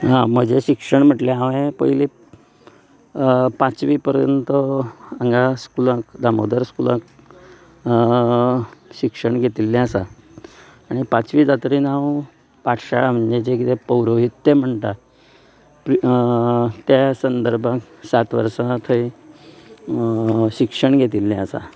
हां म्हजे शिक्षण म्हटलें हांवे पयलीं पांचवी पर्यंत हांगा स्कुलांत दामोदर स्कुलांत शिक्षण घेतिल्लें आसा आनी पांचवी जातगेर हांव पाठशाळा म्हणजे जे कितें पौरोहीत्य तें म्हणटा तें संदर्भान सात वर्सां थंय शिक्षण घेतिल्लें आसा